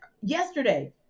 yesterday